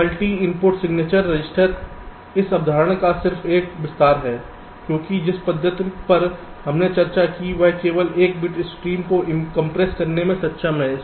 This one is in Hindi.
इसलिए मल्टी इनपुट सिग्नेचर रजिस्टर इस अवधारणा का सिर्फ एक विस्तार है क्योंकि जिस पद्धति पर हमने चर्चा की है वह केवल एक बिट स्ट्रीम को कंप्रेस करने में सक्षम है